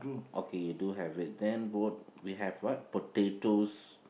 okay you do have it then both we have what potatoes